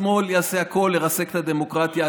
השמאל יעשה הכול לרסק את הדמוקרטיה.